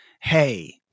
hey